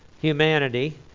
humanity